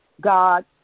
God